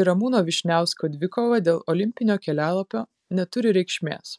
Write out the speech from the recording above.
ir ramūno vyšniausko dvikova dėl olimpinio kelialapio neturi reikšmės